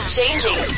Changing